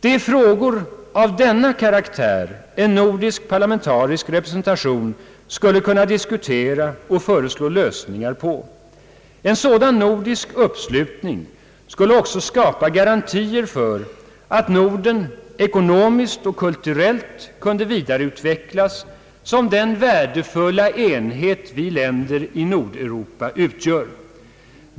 Det är frågor av denna karaktär som en nordisk parlamentarisk representation skulle kunna diskutera och ge förslag till lösningar på. En sådan nordisk uppslutning skulle också skapa garantier för att Norden ekonomiskt och kulturellt kunde vidareutvecklas som den värdefulla enhet vi länder i Nordeuropa utgör.